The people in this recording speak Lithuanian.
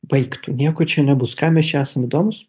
baik tu nieko čia nebus kam mes čia esam įdomūs